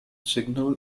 signal